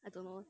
I don't know